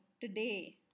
today